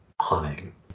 hunting